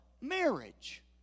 marriage